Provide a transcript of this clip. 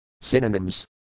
Synonyms